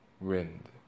wind